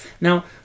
Now